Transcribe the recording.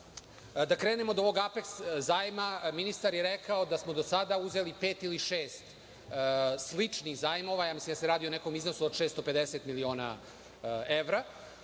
da krenem od ovog Apeks zajma, ministar je rekao da smo do sada uzeli pet ili šest sličnih zajmova, mislim da se radi o nekom iznosu od 650 miliona evra.